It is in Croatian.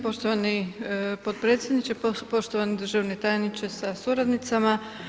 Poštovani potpredsjedniče, poštovani državni tajniče sa suradnicama.